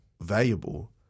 valuable